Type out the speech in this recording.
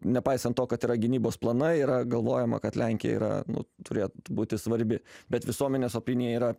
nepaisant to kad yra gynybos planai yra galvojama kad lenkija yra nu turėtų būti svarbi bet visuomenės opinija yra